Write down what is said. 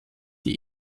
die